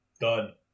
Done